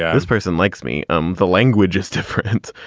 yeah this person likes me. um the language is different.